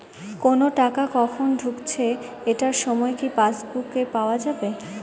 কোনো টাকা কখন ঢুকেছে এটার সময় কি পাসবুকে পাওয়া যাবে?